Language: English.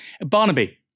Barnaby